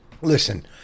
Listen